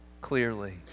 clearly